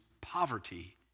poverty